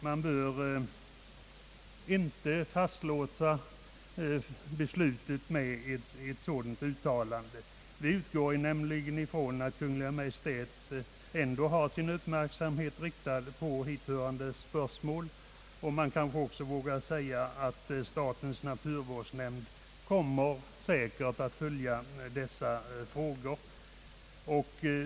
Man bör inte fastlåsa beslutet med ett sådant uttalande. Vi utgår nämligen ifrån att Kungl. Maj:t ändå har sin uppmärksamhet riktad på hithörande spörsmål. Man kanske också vågar säga att statens naturvårdsnämnd säkert kommer att följa dessa frågor.